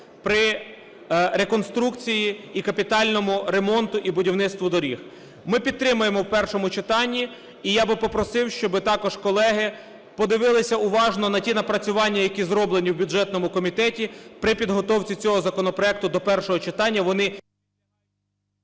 при реконструкції і капітальному ремонту, і будівництву доріг. Ми підтримуємо в першому читанні. І я би попросив, щоби також колеги подивилися уважно на ті напрацювання, які зроблені в бюджетному комітеті при підготовці цього законопроекту до першого читання.